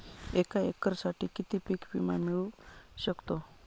एका एकरसाठी किती पीक विमा मिळू शकतो?